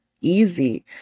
easy